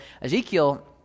Ezekiel